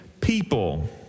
people